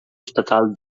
estatal